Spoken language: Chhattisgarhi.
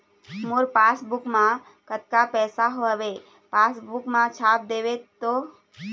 मोर पासबुक मा कतका पैसा हवे पासबुक मा छाप देव तो?